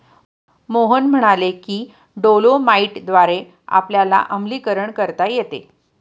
मोहन म्हणाले की डोलोमाईटद्वारे आपल्याला आम्लीकरण करता येते